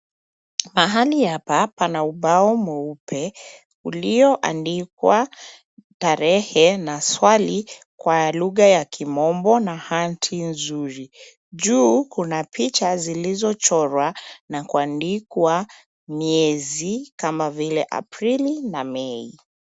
Pahali hapa pana ubao mweupe ulio andikwa tarehe na swali kwa lugha ya kimombo na hanti nzuri juu kuna picha zilizo chorwa na kuandikwa miezi kama vile Aprili na Mei.